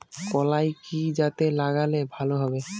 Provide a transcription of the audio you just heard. কলাই কি জাতে লাগালে ভালো হবে?